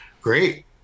great